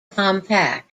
compact